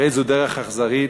הרי זו דרך אכזריות